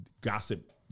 gossip